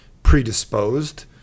predisposed